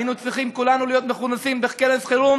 היינו צריכים כולנו להיות מכונסים בכנס חירום